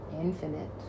infinite